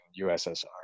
USSR